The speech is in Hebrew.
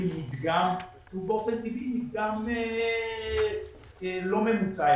מדגם שהוא באופן טבעי מדגם לא מבוצע.